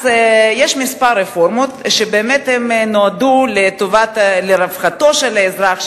אז יש כמה רפורמות שבאמת נועדו לרווחתו של האזרח,